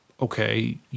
okay